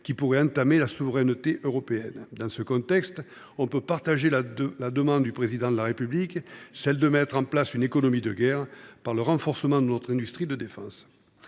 pourrait entamer la souveraineté européenne. Dans ce contexte, on peut partager la demande du Président de la République de mettre en place une « économie de guerre » en renforçant notre industrie de défense.